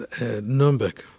Nuremberg